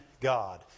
God